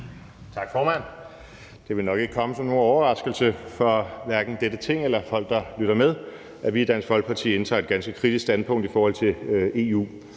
Tak, formand. Det vil nok ikke komme som nogen overraskelse, hverken for dette Ting eller folk, der lytter med, at vi i Dansk Folkeparti indtager et ganske kritisk standpunkt i forhold til EU.